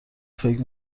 فکر